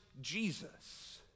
jesus